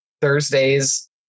Thursdays